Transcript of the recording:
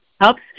helps